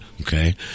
okay